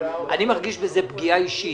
אני מרגיש בזה פגיעה אישית.